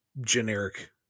generic